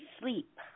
sleep